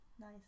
nice